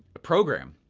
program.